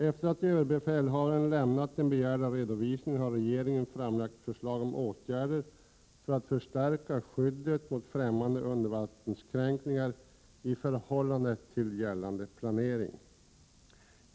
Efter det att överbefälhavaren lämnat den begärda redovisningen har regeringen framlagt förslag om åtgärder för att förstärka skyddet mot främmande undervattenskränkningar i förhållande till gällande planering.